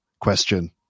question